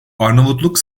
arnavutluk